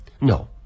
No